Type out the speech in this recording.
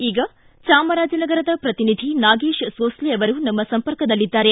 ಈಗ ಚಾಮನಗರದ ಪ್ರತಿನಿಧಿ ನಾಗೇಶ ಸೋಸಲೆ ಅವರು ನಮ್ಮ ಸಂಪರ್ಕದಲ್ಲಿದ್ದಾರೆ